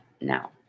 now